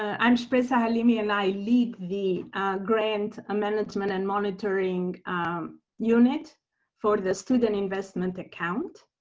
and i'm, shpresa halimi, and i lead the grant management and monitoring unit for the student investment account.